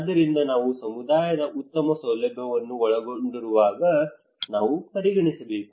ಆದ್ದರಿಂದ ನಾವು ಸಮುದಾಯದ ಉತ್ತಮ ಸೌಲಭ್ಯವನ್ನು ಒಳಗೊಂಡಿರುವಾಗ ನಾವು ಪರಿಗಣಿಸಬೇಕು